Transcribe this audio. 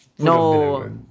No